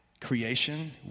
creation